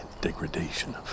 degradation